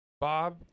Bob